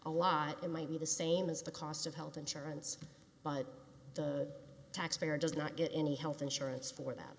a lot it might be the same as the cost of health insurance but the taxpayer does not get any health insurance for that